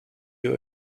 you